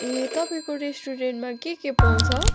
ए तपाईँको रेस्टुरेन्टमा के के पाउँछ